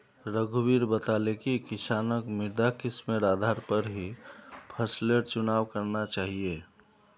रघुवीर बताले कि किसानक मृदा किस्मेर आधार पर ही फसलेर चुनाव करना चाहिए